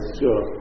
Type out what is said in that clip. sure